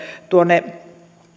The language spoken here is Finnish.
tuonne